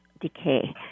decay